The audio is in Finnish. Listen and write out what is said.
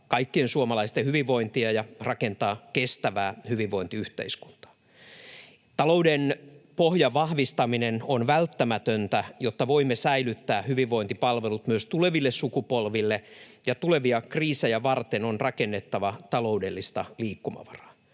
kaikkien suomalaisten hyvinvointia ja rakentaa kestävää hyvinvointiyhteiskuntaa. Talouden pohjan vahvistaminen on välttämätöntä, jotta voimme säilyttää hyvinvointipalvelut myös tuleville sukupolville, ja tulevia kriisejä varten on rakennettava taloudellista liikkumavaraa.